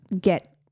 get